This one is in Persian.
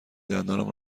دندانم